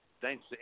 thanks